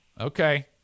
Okay